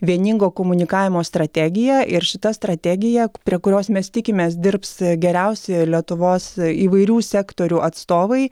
vieningo komunikavimo strategija ir šita strategija prie kurios mes tikimės dirbs geriausi lietuvos įvairių sektorių atstovai